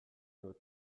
nur